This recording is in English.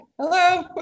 hello